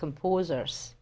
composers